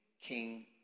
king